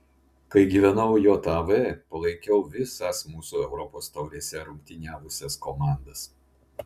kai gyvenau jav palaikiau visas mūsų europos taurėse rungtyniavusias komandas